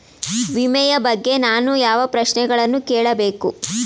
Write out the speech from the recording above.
ವಿಮೆಯ ಬಗ್ಗೆ ನಾನು ಯಾವ ಪ್ರಶ್ನೆಗಳನ್ನು ಕೇಳಬೇಕು?